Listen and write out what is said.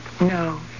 No